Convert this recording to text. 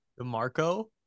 DeMarco